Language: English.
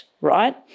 right